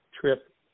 trip